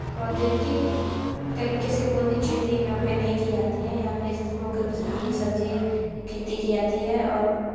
प्रौद्योगिकी तरीके से कोई भी खेती यहाँ पे नहीं की जाती है यहाँ पे इसको क्रम से हरी सब्जी खेती की जाती है और